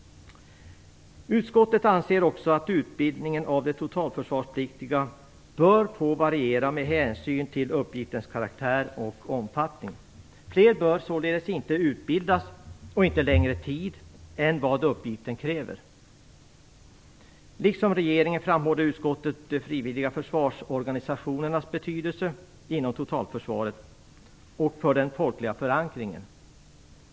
Utskottet anser också att utbildningen av de totalförsvarspliktiga bör få variera med hänsyn till uppgiftens karaktär och omfattning. Fler bör således inte utbildas - och inte under längre tid - än vad uppgiften kräver. Liksom regeringen framhåller utskottet de frivilliga försvarsorganisationernas betydelse inom totalförsvaret och för den folkliga förankringen.